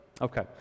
Okay